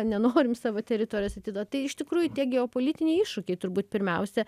nenorim savo teritorijos atiduot tai iš tikrųjų tie geopolitiniai iššūkiai turbūt pirmiausia